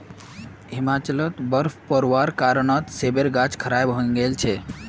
हिमाचलत बर्फ़ पोरवार कारणत सेबेर गाछ खराब हई गेल छेक